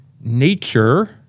nature